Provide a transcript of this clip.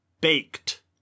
baked